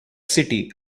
city